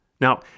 Now